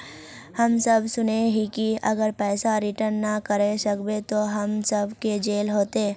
हम सब सुनैय हिये की अगर पैसा रिटर्न ना करे सकबे तो हम सब के जेल होते?